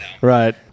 Right